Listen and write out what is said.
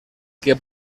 que